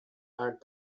art